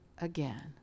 again